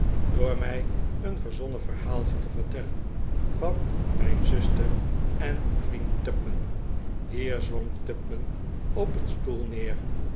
door mij een verzonnen verhaaltje te vertellen van mijn zuster en uw vriend tupman hier zonk tupman op een stoel neer